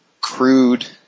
crude